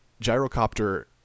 Gyrocopter